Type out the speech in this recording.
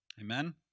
Amen